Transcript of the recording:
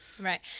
Right